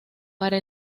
para